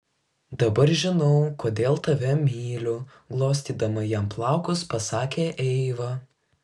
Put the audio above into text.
dabar žinau kodėl tave myliu glostydama jam plaukus pasakė eiva